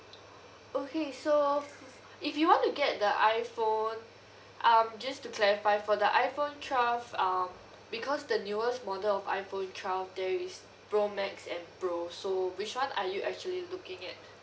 okay so if you want to get the iphone um just to clarify for the iphone twelve uh because the newest model of iphone twelve there is pro max and pro so which [one] are you actually looking at